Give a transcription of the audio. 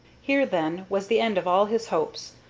here, then, was the end of all his hopes,